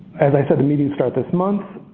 as i said, the meeting starts this month.